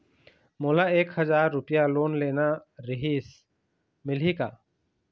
मोला एक हजार रुपया लोन लेना रीहिस, मिलही का?